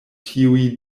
tiuj